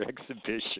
exhibition